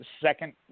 second